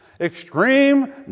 extreme